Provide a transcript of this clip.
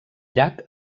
llac